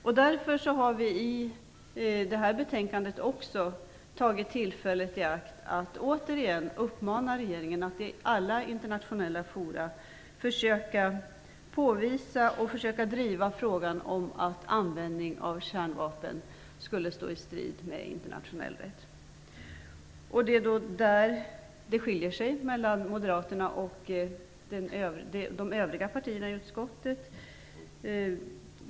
Vi har därför i detta betänkande också tagit tillfället i akt att återigen uppmana regeringen att i alla internationella fora försöka påvisa och driva att användning av kärnvapen står i strid med internationell rätt. På denna punkt skiljer sig uppfattningarna mellan moderaterna och de övriga partierna i utskottet.